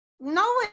No